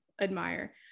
admire